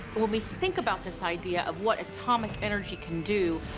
when we think about this idea of what atomic energy can do,